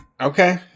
Okay